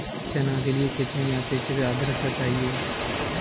चना के लिए कितनी आपेक्षिक आद्रता चाहिए?